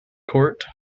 court